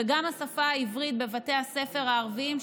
וגם השפה העברית בבתי הספר הערביים,